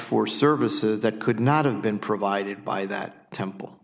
for services that could not have been provided by that temple